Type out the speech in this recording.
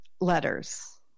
letters